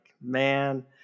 man